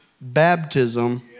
baptism